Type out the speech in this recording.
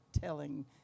telling